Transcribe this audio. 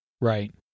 Right